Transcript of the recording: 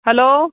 hello